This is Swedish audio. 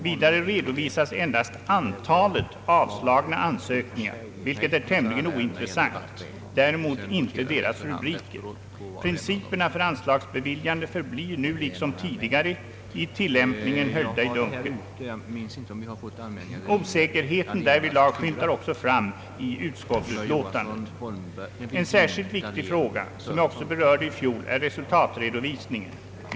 Vidare redovisas endast antalet avslagna ansökningar, vilket är tämligen ointressant, däremot inte deras rubriker. Principerna för anslagsbeviljande förblir nu, liksom tidigare, i tillämpningen höljda i dunkel. Osäkerheten därvidlag skymtar också fram i utskottets memorial. En särskilt viktig fråga, som jag också berörde i fjol, är resultatredovis ningen.